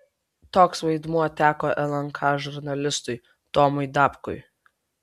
toks vaidmuo teko lnk žurnalistui tomui dapkui